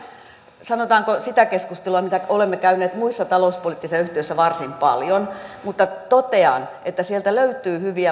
tämä on nyt sanotaanko sitä keskustelua mitä olemme käyneet muissa talouspoliittisissa yhteyksissä varsin paljon mutta totean että sieltä löytyy hyviä vaihtoehtoja